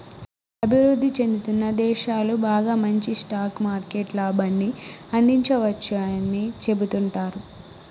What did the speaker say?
అభివృద్ధి చెందుతున్న దేశాలు బాగా మంచి స్టాక్ మార్కెట్ లాభాన్ని అందించవచ్చని సెబుతుంటారు